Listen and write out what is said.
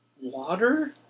water